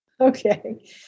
Okay